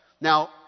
Now